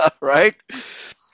right